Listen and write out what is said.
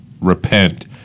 repent